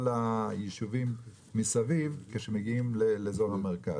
הישובים מסביב כשמגיעים לאזור המרכז.